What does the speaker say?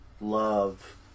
love